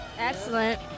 Excellent